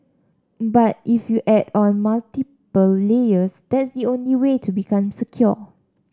but if you add on multiple layers that the only way to become secure